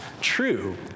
true